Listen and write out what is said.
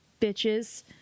Bitches